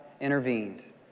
intervened